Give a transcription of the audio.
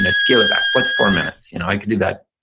and scale it back. what's four minutes? i can do that.